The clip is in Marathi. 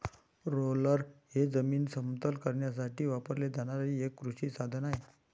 रोलर हे जमीन समतल करण्यासाठी वापरले जाणारे एक कृषी साधन आहे